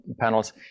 panels